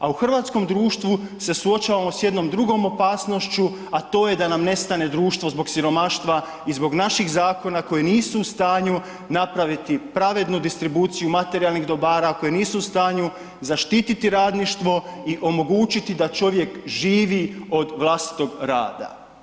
A u hrvatskom društvu se suočavamo sa jednom drugom opasnošću a to je da nam nestane društvo zbog siromaštva i zbog naših zakona koji nisu u stanju napraviti pravednu distribuciju materijalnih dobara, koje nisu u stanju zaštiti radništvo i omogućiti da čovjek živi od vlastitog rada.